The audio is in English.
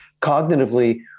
cognitively